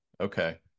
Okay